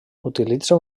utilitza